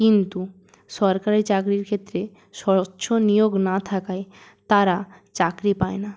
কিন্তু সরকারির চাকরি ক্ষেত্রে স্বচ্ছ নিয়োগ না থাকায় তারা চাকরি পায় না